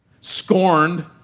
scorned